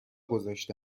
گذاشته